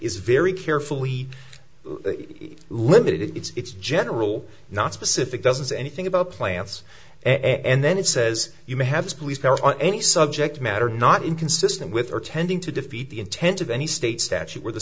is very carefully limited in its general nonspecific doesn't say anything about plants and then it says you may have on any subject matter not inconsistent with or tending to defeat the intent of any state statute where the